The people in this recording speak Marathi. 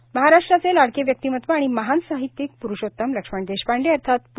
देशपांडे महाराष्ट्राचे लाडके व्यक्तिमत्व आणि महान साहित्यिक प्रषोत्तम लक्ष्मण देशपांडे अर्थात प्